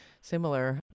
similar